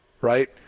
Right